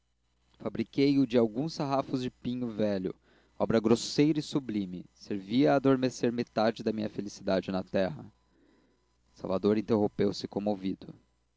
mãos fabriquei o de alguns sarrafos de pinho velho obra grosseira e sublime servia a adormecer metade da minha felicidade na terra salvador interrompeu-se comovido